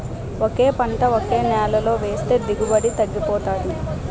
ఒకే పంట ఒకే నేలలో ఏస్తే దిగుబడి తగ్గిపోతాది